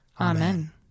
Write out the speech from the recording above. Amen